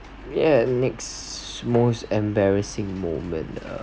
!yay! next most embarrassing moment